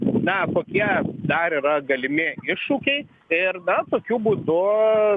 na kokie dar yra galimi iššūkiai ir na tokiu būdu